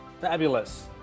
Fabulous